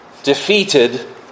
Defeated